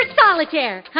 solitaire